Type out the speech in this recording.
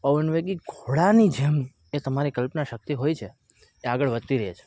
પવનવેગી ઘોડાની જેમ એ તમારી કલ્પના શક્તિ હોય છે એ આગળ વધતી રહે છે